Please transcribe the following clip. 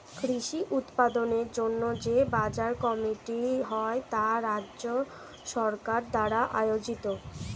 কৃষি উৎপাদনের জন্য যে বাজার কমিটি হয় তা রাজ্য সরকার দ্বারা আয়োজিত